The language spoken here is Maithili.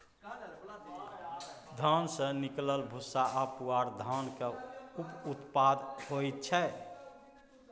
धान सँ निकलल भूस्सा आ पुआर धानक उप उत्पाद होइ छै